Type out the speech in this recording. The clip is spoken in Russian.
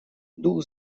дух